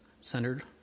centered